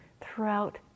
throughout